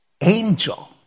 angel